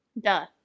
Duh